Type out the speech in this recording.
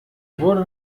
wurde